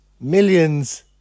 Millions